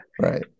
right